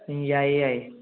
ꯎꯝ ꯌꯥꯏꯌꯦ ꯌꯥꯏꯌꯦ